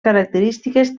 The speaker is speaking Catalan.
característiques